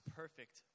perfect